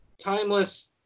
timeless